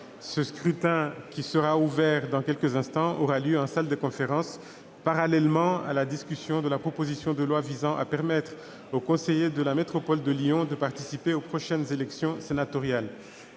Ce scrutin, qui sera ouvert dans quelques instants, aura lieu en salle des conférences, parallèlement aux explications de vote sur la proposition de loi visant à permettre aux conseillers de la métropole de Lyon de participer aux prochaines élections sénatoriales.